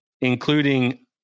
including